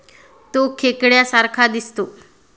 तो खेकड्या सारखा दिसतो